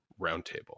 Roundtable